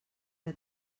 que